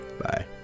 bye